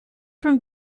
from